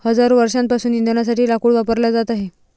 हजारो वर्षांपासून इंधनासाठी लाकूड वापरला जात आहे